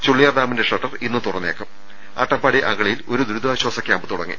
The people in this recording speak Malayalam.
ചുള്ളിയാർ ഡാമിന്റെ ഷട്ടർ ഇന്ന് തുറന്നേക്കും അട്ടപ്പാടി അഗളി യിൽ ഒരു ദുരിതാശാസ ക്യാമ്പ് തുടങ്ങി